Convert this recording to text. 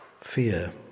fear